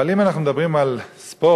אבל אם אנחנו מדברים על ספורט,